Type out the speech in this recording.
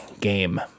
game